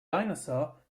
dinosaur